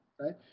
right